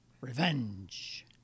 Revenge